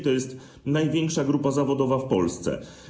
To jest największa grupa zawodowa w Polsce.